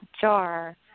jar